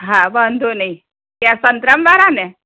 હા વાંધો નહીં ત્યાં સંતરામવાળાને